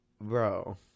Bro